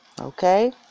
okay